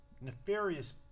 nefarious